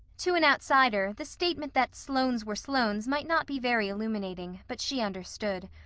to an outsider, the statement that sloanes were sloanes might not be very illuminating, but she understood.